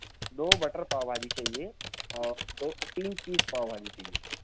دو butter pav bhaji چاہیے اور دو تین چیز پاؤ بھاجی چاہیے